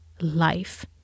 life